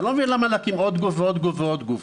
אני לא מבין למה להקים עוד גוף ועוד גוף ועוד גוף.